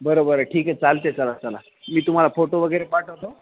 बरं बरं ठीक चालते चला चला मी तुम्हाला फोटो वगैरे पाठवतो